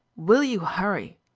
will you hurry?